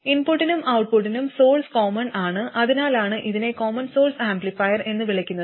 ഇൻപുട്ടിനും ഔട്ട്പുട്ടിനും source common ആണ് അതിനാലാണ് ഇതിനെ കോമൺ സോഴ്സ് ആംപ്ലിഫയർ എന്ന് വിളിക്കുന്നത്